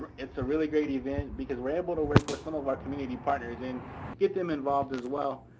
it's a really great event because we're able to work with some of our community partners and get them involved as well.